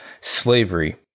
slavery